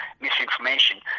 misinformation